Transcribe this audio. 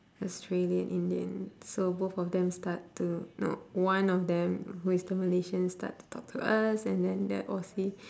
australian indian so both of them start to no one of them who is the malaysian start to talk to us and then that aussie